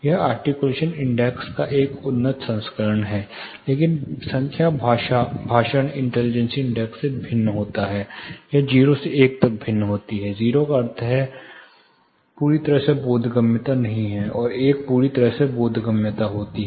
यह articulation index का एक उन्नत संस्करण है लेकिन संख्या भाषण इंटेलीजेंसी इंडेक्स से भिन्न होती है यह 0 से 1 तक भिन्न होती है 0 का अर्थ पूरी तरह से बोधगम्यता नहीं है और 1 पूरी तरह से बोधगम्यता होता है